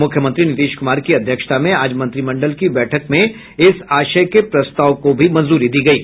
मुख्यमंत्री नीतीश कुमार की अध्यक्षता में आज मंत्रिमंडल की बैठक में इस आशय के प्रस्ताव को मंजूरी दी गयी